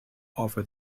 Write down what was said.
offer